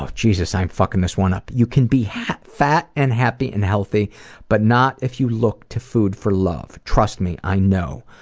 ah jesus, i am fuking this one up. you can be fat and happy and healthy but not if you look to food for love, trust me i know.